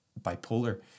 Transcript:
bipolar